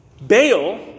Baal